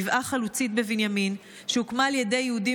גבעה חלוצית בבנימין שהוקמה על ידי יהודים